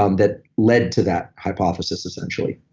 um that led to that hypothesis essentially.